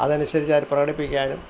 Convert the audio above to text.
അതനുസരിച്ച് അത് പ്രകടിപ്പിക്കാനും